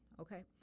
okay